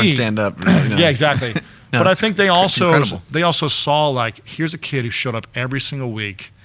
ah yeah and up yeah, exactly but i think they also sort of ah they also saw like, here's a kid who showed up every single week,